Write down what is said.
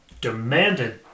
demanded